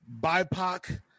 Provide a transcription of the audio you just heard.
BIPOC